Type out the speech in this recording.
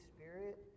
Spirit